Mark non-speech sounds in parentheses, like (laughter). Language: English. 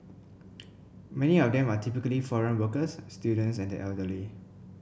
(noise) many of them are typically foreign workers students and the elderly